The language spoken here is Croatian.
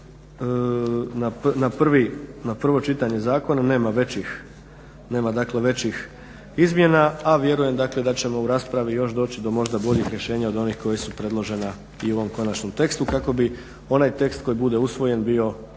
na prvo čitanje zakona nema većih izmjena, a vjerujem dakle da ćemo u raspravi još doći do možda boljih rješenja od onih koja su predložena i u ovom konačnom tekstu kako bi onaj tekst koji bude usvojen bio